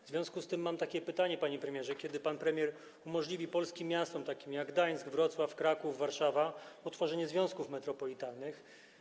W związku z tym mam pytanie, panie premierze: Kiedy pan premier umożliwi polskim miastom, takim jak Gdańsk, Wrocław, Kraków, Warszawa, utworzenie związków metropolitalnych?